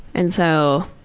and so,